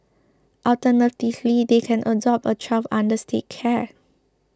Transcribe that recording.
alternatively they can adopt a child under State care